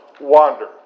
wander